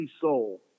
soul